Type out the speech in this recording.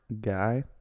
guy